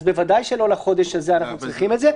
אז בוודאי שלא לחודש הזה אנחנו צריכים את זה.